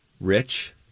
Rich